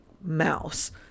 mouse